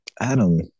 Adam